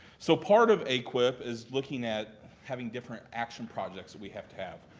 so part of aquip is looking at having different action projects that we have to have.